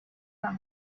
pas